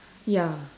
ya